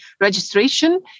registration